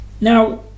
Now